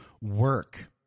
work